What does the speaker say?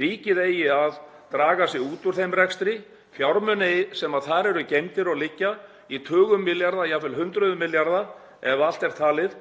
ríkið eigi að draga sig út úr þeim rekstri og fjármuni sem þar eru geymdir og liggja í tugum milljarða, jafnvel hundruðum milljarða ef allt er talið,